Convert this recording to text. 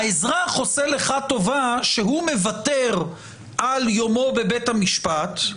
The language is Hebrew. בכך שהוא מוותר על יומו בבית המשפט.